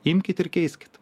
imkit ir keiskit